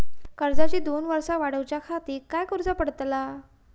कर्जाची दोन वर्सा वाढवच्याखाती काय करुचा पडताला?